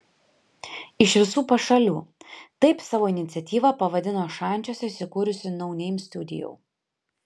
iš visų pašalių taip savo iniciatyvą pavadino šančiuose įsikūrusi no name studio